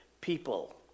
people